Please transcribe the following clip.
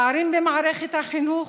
פערים במערכת החינוך,